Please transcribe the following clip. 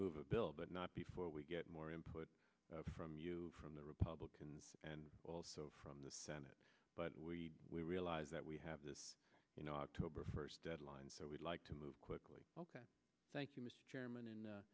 move a bill but not before we get more input from you from the republicans and also from the senate but we we realize that we have this you know october first deadline so we'd like to move quickly ok thank you mr chairman and